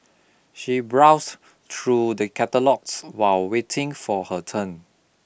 she browse through the catalogues while waiting for her turn